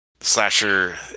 slasher